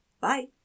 bye